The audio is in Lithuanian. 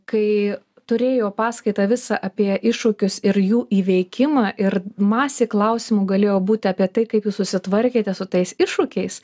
kai turėjo paskaitą visą apie iššūkius ir jų įveikimą ir masė klausimų galėjo būti apie tai kaip jūs susitvarkėte su tais iššūkiais